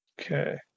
Okay